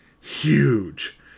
huge